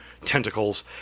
tentacles